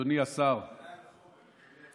אדוני השר, תראו,